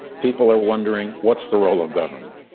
people are wondering what's the role of government?